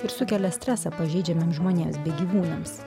ir sukelia stresą pažeidžiamiem žmonėms bei gyvūnams